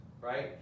right